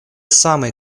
самый